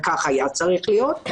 וכך היה צריך להיות.